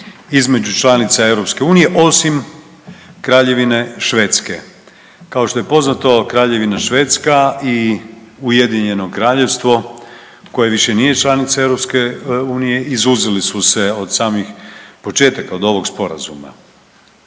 između članica EU osim Kraljevine Švedske. Kao što je poznato Kraljevina Švedska i Ujedinjeno Kraljevstvo koje više nije članica EU izuzeli su se od samih početaka od ovog sporazuma.